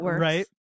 Right